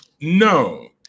No